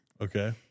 Okay